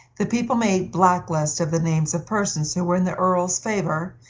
the people made black lists of the names of persons who were in the earl's favor,